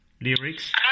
lyrics